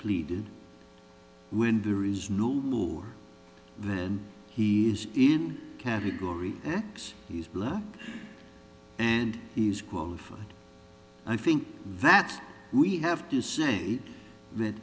pleaded when there is no rule then he is in category x he's black and he's qualified i think that we have to say that